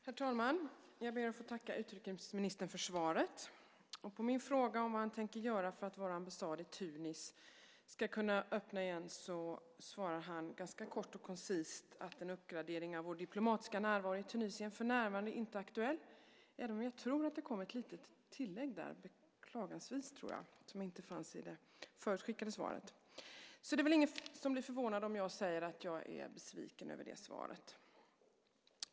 Herr talman! Jag ber att få tacka utrikesministern för svaret. På min fråga vad han tänker göra för att vår ambassad i Tunis ska kunna öppna igen svarar han ganska kort och koncist att en uppgradering av vår diplomatiska närvaro i Tunisien för närvarande inte är aktuell. Men jag tror att han gjorde tillägget: beklagligtvis, som inte fanns i det skriftliga svaret. Så det är väl ingen som blir förvånad om jag säger att jag är besviken över svaret.